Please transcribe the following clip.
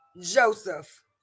Joseph